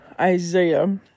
Isaiah